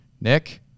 Nick